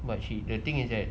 but she the thing is that